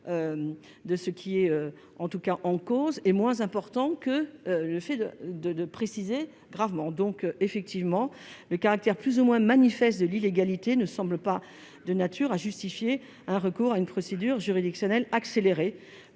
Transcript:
de ce qui est en cause est moins important que le fait de préciser « gravement ». Le caractère plus ou moins manifeste de l'illégalité ne semble donc pas de nature à justifier un recours à une procédure juridictionnelle accélérée.